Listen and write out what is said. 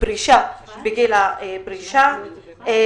בגיל הפרישה.